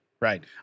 right